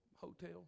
hotel